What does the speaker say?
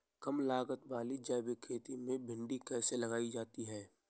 कम लागत वाली जैविक खेती में भिंडी कैसे लगाई जा सकती है?